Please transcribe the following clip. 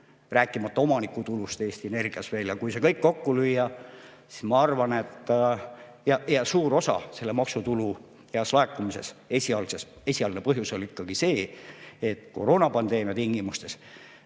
rääkimata omanikutulust Eesti Energias. Kui see kõik kokku lüüa, siis ma arvan, et ... Ja selle maksutulu hea laekumise esialgne põhjus oli ikkagi see, et koroonapandeemia tingimustes